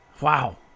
wow